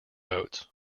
boats